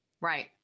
Right